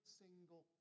single